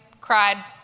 cried